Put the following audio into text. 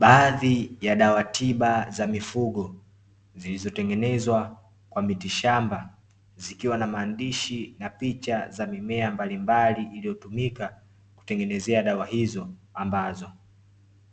Baadhi ya dawa tiba za mifugo zilizotengenezwa kwa miti shamba, zikiwa na maandishi na picha za mimea mbalimbali iliyotumika kutengenezea dawa hizo, ambazo